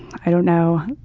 i don't know.